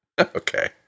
Okay